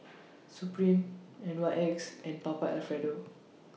Supreme N Y X and Papa Alfredo